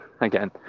again